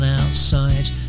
outside